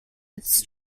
its